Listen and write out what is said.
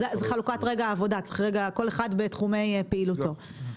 יש חלוקת עבודה, כל אחד בתחומי פעילותו.